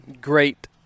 great